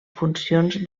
funcions